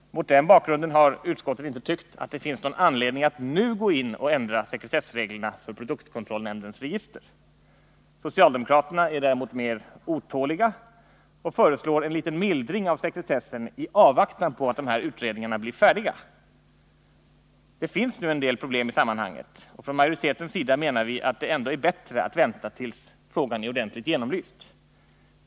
Mot den bakgrunden har utskottet inte tyckt att det finns någon anledning att nu gå in och ändra sekretessreglerna för produktkontrollnämndens register. Socialdemokraterna är däremot mera otåliga och föreslår en liten mildring av sekretessen i avvaktan på att de här utredningarna blir färdiga. Det finns nu en del problem i sammanhanget, och från majoritetens sida menar vi att det ändå är bättre att vänta tills frågan är ordentligt genomlyst.